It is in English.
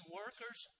workers